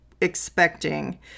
expecting